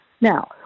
Now